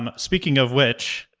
um speaking of which,